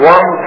One